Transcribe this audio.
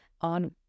on